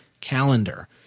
Calendar